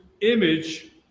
image